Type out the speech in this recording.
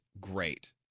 great